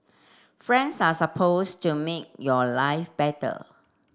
friends are supposed to make your life better